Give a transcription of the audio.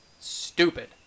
stupid